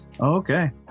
Okay